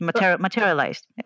materialized